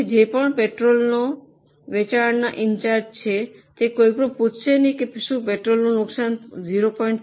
તેથી જે પણ પેટ્રોલના વેચાણનો ઇન્ચાર્જ છે કોઈ પણ પૂછશે નહીં કે શું પેટ્રોલનું નુકસાન 0